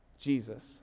Jesus